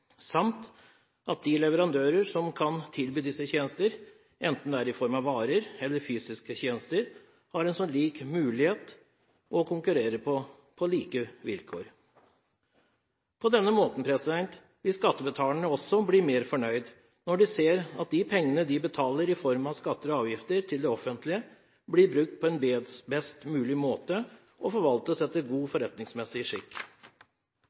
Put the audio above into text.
at de leverandørene som kan tilby disse tjenestene, enten det er i form av varer eller fysiske tjenester, har mulighet til å kunne konkurrere på like vilkår. På denne måten vil skattebetalerne også bli mer fornøyd – når de ser at pengene de betaler i form av skatter og avgifter til det offentlige, blir brukt på en best mulig måte og forvaltes etter god forretningsmessig skikk.